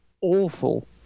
awful